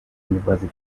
university